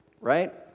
right